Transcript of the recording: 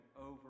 over